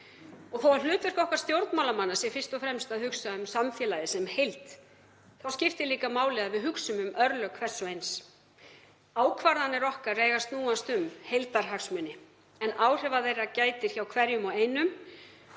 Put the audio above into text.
Og þó að hlutverk okkar stjórnmálamanna sé fyrst og fremst að hugsa um samfélagið sem heild þá skiptir máli að hugsa um örlög hvers og eins. Ákvarðanir okkar eiga að snúast um heildarhagsmuni en áhrifa þeirra gætir hjá einstaklingum sem hver